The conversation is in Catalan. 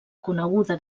coneguda